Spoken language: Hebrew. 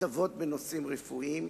הטבות בנושאים רפואיים,